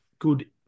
Good